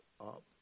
up